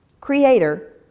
creator